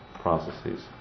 processes